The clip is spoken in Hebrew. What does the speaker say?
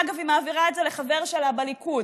אגב, היא מעבירה את זה לחבר שלה בליכוד,